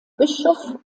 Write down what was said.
bischof